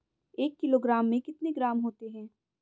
एक किलोग्राम में कितने ग्राम होते हैं?